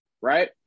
right